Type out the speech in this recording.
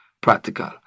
practical